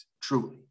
truly